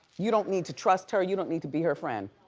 you don't need to trust her. you don't need to be her friend.